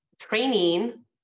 training